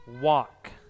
walk